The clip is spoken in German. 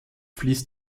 fließt